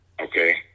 okay